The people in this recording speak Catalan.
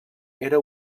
era